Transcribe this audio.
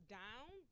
down